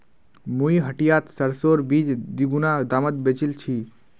मुई हटियात सरसोर बीज दीगुना दामत बेचील छि